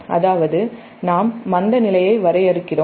அதாவது நாம் மந்தநிலை மாறிலியை வரையறுக்கிறோம்